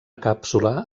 càpsula